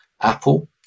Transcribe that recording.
Apple